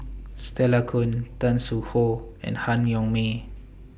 Stella Kon Tan Soo Khoon and Han Yong May